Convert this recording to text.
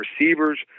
receivers